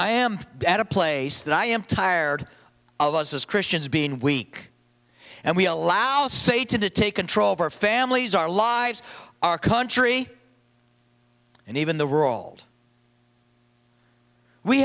i am at a place that i am tired of us as christians being weak and we allow say to take control of our families our lives our country and even the world we